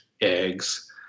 eggs